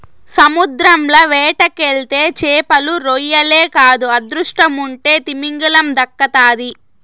సముద్రంల వేటకెళ్తే చేపలు, రొయ్యలే కాదు అదృష్టముంటే తిమింగలం దక్కతాది